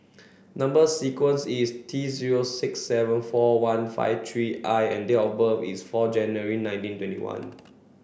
number sequence is T zero six seven four one five three I and date of birth is four January nineteen twenty one